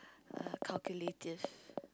err calculative